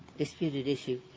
disputed issue,